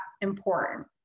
important